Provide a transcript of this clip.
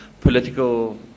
political